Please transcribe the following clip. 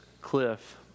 cliff